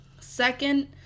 Second